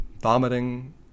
vomiting